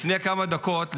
לפני כמה דקות,